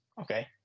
Okay